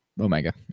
omega